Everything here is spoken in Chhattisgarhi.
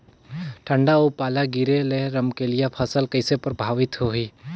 ठंडा अउ पाला गिरे ले रमकलिया फसल कइसे प्रभावित होही?